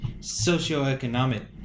socioeconomic